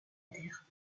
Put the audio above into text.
terre